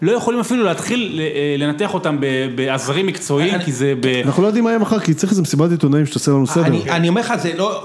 לא יכולים אפילו להתחיל לנתח אותם בעזרים מקצועיים, כי זה... אנחנו לא יודעים מה יהיה מחר, כי צריך איזה מסיבת עיתונאים שתעשה לנו סדר. אני אומר לך, זה לא...